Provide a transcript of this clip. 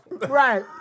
Right